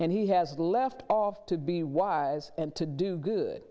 and he has left to be wise and to do good